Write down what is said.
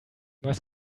was